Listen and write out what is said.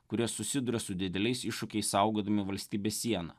kurie susiduria su dideliais iššūkiais saugodami valstybės sieną